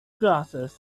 glasses